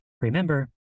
remember